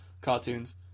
cartoons